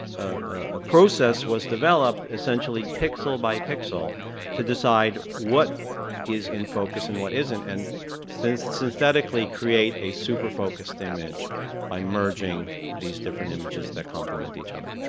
a process was developed essentially pixel by pixel to decide what is in focus and what isn't, and synthetically create a super focused image by merging these different images that complement each other.